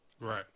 Right